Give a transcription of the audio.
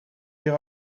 weer